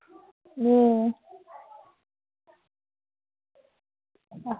হুম